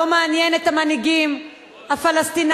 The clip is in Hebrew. לא מעניין את המנהיגים הפלסטינים,